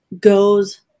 goes